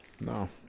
No